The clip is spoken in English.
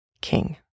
King